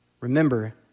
Remember